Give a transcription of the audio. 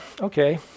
okay